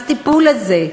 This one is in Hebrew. הטיפול הזה,